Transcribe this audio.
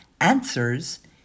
Answers